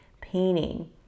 painting